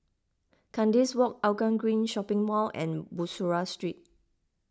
Kandis Walk Hougang Green Shopping Mall and Bussorah Street